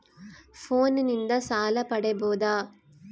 ಫೋನಿನಿಂದ ಸಾಲ ಪಡೇಬೋದ?